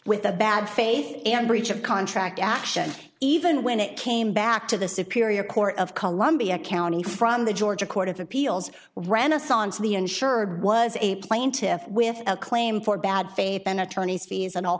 with a bad faith and breach of contract action even when it came back to the superior court of columbia county from the georgia court of appeals renaissance the insured was a plaintive with a claim for bad faith and attorneys fees and all